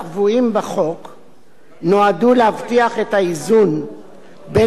נועדו להבטיח את האיזון בין הפגיעה בפרטיותו של